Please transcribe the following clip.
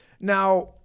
Now